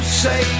say